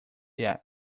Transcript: yet